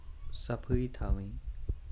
صفٲیی تھاوٕنۍ